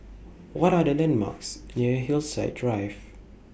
What Are The landmarks near Hillside Drive